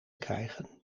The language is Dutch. krijgen